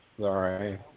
Sorry